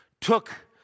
took